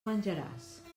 menjaràs